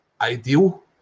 ideal